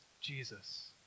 Jesus